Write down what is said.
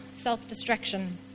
self-destruction